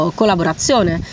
collaborazione